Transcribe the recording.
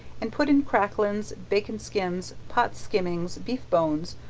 and put in cracklings, bacon skins, pot skimmings, beef bones,